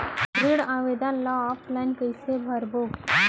ऋण आवेदन ल ऑफलाइन कइसे भरबो?